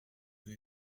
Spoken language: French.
que